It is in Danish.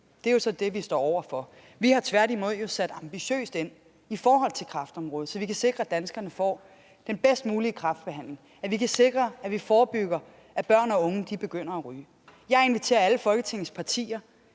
Det er jo så det, vi står over for. Vi har tværtimod sat ambitiøst ind i forhold til kræftområdet, så vi kan sikre, at danskerne får den bedst mulige kræftbehandling; så vi kan sikre, at vi forebygger, at børn og unge begynder at ryge. Jeg inviterer alle Folketingets partier